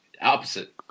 Opposite